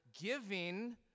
giving